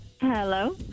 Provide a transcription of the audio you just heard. Hello